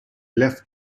left